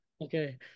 Okay